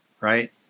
right